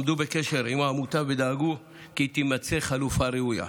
הם עמדו בקשר עם העמותה ודאגו כי תימצא חלופה ראויה.